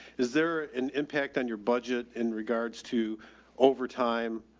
is there an impact on your budget in regards to over time?